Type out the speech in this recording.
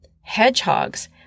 hedgehogs